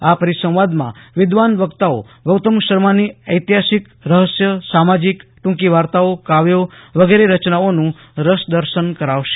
આ પરિસંવાદમાં વિદ્વાન વક્તાઓ ગૌતમ શર્માની ચૈતિહાસિક રહસ્ય સામાજિક ટૂંકી વાર્તાઓ કાવ્યો વગેરે રચનાઓનું રસદર્શન કરાવશે